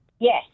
Yes